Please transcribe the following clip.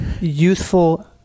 youthful